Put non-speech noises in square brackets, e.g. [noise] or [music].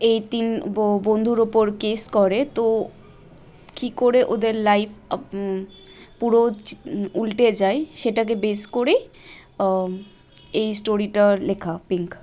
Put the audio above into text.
এই তিন বন্ধুর উপর কেস করে তো কি করে ওদের লাইফ পুরো [unintelligible] উল্টে যায় সেটাকে বেস করেই এই স্টোরিটা লেখা পিঙ্ক